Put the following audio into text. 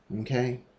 okay